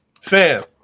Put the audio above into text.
fam